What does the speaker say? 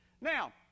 Now